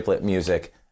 Music